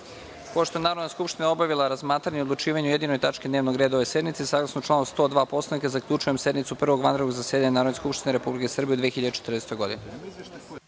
je Narodna skupština obavila razmatranje i odlučivanje o jedinoj tački dnevnog reda ove sednice, saglasno članu 102. Poslovnika, zaključujem sednicu Prvog vanrednog zasedanja Narodne skupštine Republike Srbije u 2014. godini.